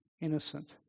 innocent